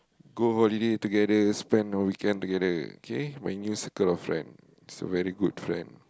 go holiday together spend our weekend together okay my new circle of friend it's very good friend